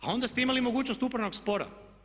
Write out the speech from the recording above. A onda ste imali mogućnost upravnog spora.